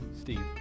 Steve